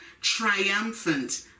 triumphant